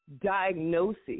diagnosis